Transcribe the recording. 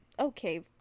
okay